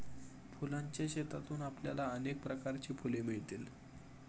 फुलांच्या शेतातून आपल्याला अनेक प्रकारची फुले मिळतील